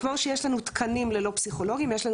כמו שיש לנו תקנים ללא פסיכולוגים יש לנו